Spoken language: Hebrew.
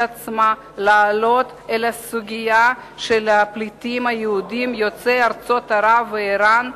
עצמה להעלות את הסוגיה של הפליטים היהודיים יוצאי ארצות ערב ואירן,